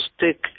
stick